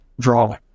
drawing